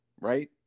right